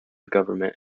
government